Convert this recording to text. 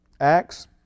Acts